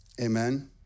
Amen